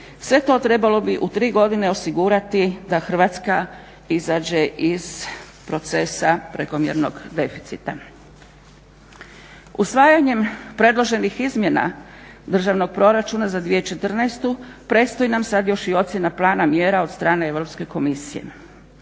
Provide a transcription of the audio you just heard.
Sve to trebalo bi u tri godine osigurati da Hrvatska izađe iz procesa prekomjernog deficita. Usvajanjem predloženih izmjena Državnog proračuna za 2014. predstoji nam sad još i ocjena plana mjera od strane Europske komisije.